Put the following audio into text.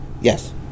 Yes